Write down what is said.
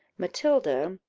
matilda,